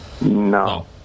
No